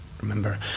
remember